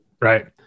Right